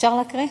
אפשר להקריא?